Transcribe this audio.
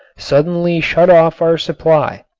suddenly shut off our supply.